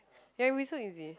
yeah it'll be so easy